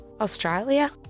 Australia